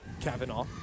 Kavanaugh